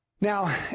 Now